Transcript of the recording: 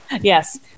Yes